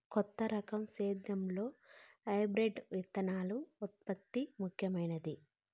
కొత్త రకం సేద్యంలో హైబ్రిడ్ విత్తనాల ఉత్పత్తి ముఖమైంది